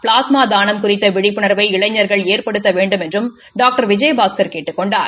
plasma தானம் குறித்த விழிப்புனர்வை இளைஞர்கள் ஏற்படுத்த வேண்டுமென்றும் டாக்டர் விஜயபாஸ்கர் கேட்டுக் கொண்டார்